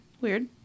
Weird